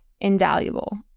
invaluable